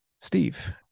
Steve